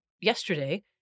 yesterday